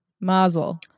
Mazel